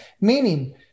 Meaning